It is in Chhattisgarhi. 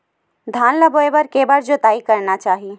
धान ल बोए बर के बार जोताई करना चाही?